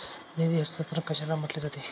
निधी हस्तांतरण कशाला म्हटले जाते?